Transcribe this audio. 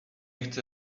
chce